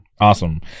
awesome